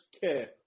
care